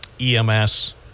EMS